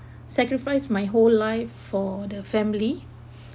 sacrifice my whole life for the family